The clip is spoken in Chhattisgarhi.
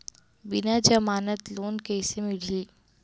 बिना जमानत लोन कइसे मिलही?